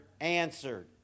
answered